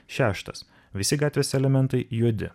šeštas visi gatvės elementai juodi